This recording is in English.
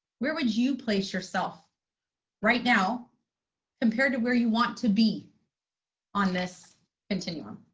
where would you place yourself right now compared to where you want to be on this continuum?